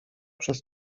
przez